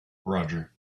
roger